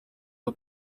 aho